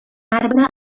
arbre